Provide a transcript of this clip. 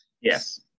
Yes